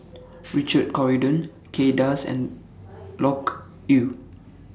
Richard Corridon Kay Das and Loke Yew